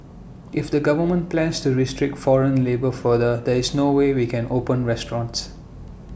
if the government plans to restrict foreign labour further there is no way we can open restaurants